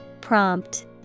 Prompt